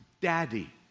daddy